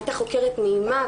הייתה חוקרת נעימה,